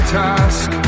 task